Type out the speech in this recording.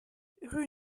rue